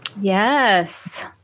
Yes